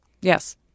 Yes